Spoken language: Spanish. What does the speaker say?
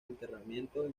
enterramientos